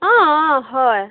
অঁ অঁ হয়